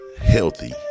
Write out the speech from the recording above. healthy